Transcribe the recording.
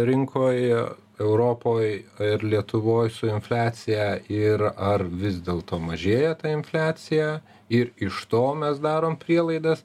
rinkoj europoj ir lietuvoj su infliacija ir ar vis dėl to mažėja ta infliacija ir iš to mes darom prielaidas